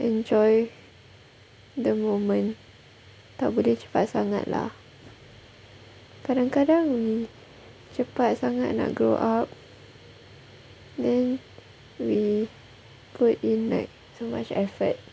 enjoy the moment tak boleh cepat sangat lah kadang-kadang we cepat sangat nak grow up then we put in like so much effort